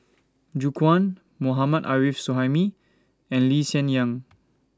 Gu Juan Mohammad Arif Suhaimi and Lee Hsien Yang